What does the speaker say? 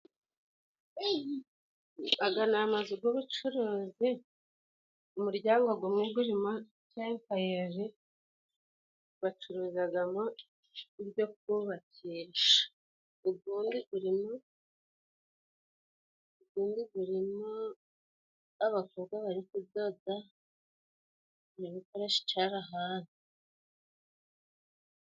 Aga ni amazu g'ubucuruzi, umuryango gumwe gurimo kenkayori bacuruzagamo ibyo kubakisha, ugundi gurimo abakobwa bari kudoda, bari gukoresha icarahani.